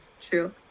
True